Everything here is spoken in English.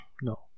No